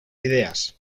ideas